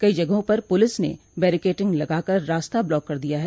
कई जगहों पर पुलिस ने बैरिकेटिंग लगाकर रास्ता ब्लॉक कर दिया है